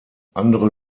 andere